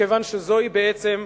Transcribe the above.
מכיוון שזוהי בעצם,